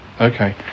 okay